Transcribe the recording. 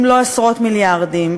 אם לא עשרות מיליארדים,